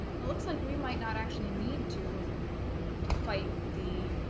it looks like we might not actually need to fight the